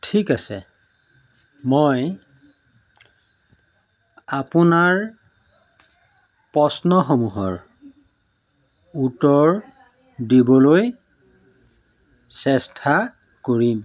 ঠিক আছে মই আপোনাৰ প্ৰশ্নসমূহৰ উত্তৰ দিবলৈ চেষ্টা কৰিম